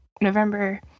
November